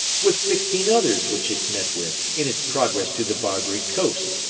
with sixteen others which it met with in its progress to the barbary coast,